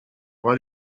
what